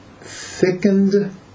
Thickened